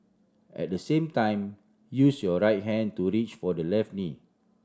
at the same time use your right hand to reach for the left knee